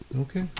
Okay